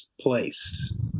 place